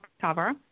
cover